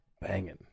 banging